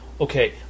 okay